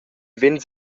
vegns